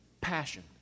passion